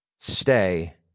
stay